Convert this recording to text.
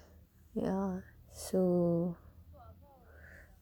ya so